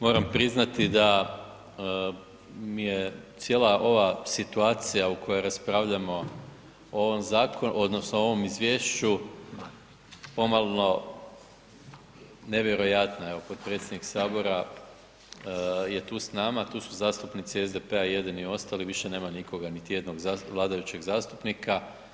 Moram priznati da mi je cijela ova situacija u kojoj raspravljamo o ovom zakonu, odnosno o ovoj Izvješću pomalo nevjerojatna, evo potpredsjednik Sabora je tu s nama, tu su zastupnici SDP-a jedini ostali, više nema nikoga, niti jednog vladajućeg zastupnika.